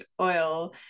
Oil